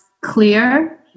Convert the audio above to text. clear